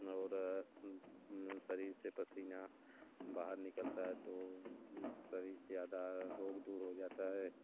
और मेन शरीर से पसीना बाहर निकलता है तो शरीर ज़्यादा रोग दूर हो जाता है